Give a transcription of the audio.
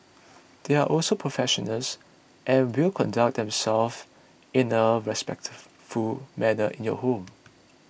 they are also professional and will conduct themselves in a respectful manner in your home